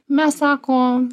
mes sako